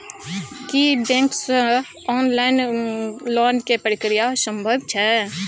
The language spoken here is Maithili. की बैंक से ऑनलाइन लोन के प्रक्रिया संभव छै?